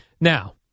Now